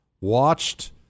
watched